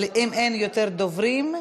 אבל אם אין יותר דוברים,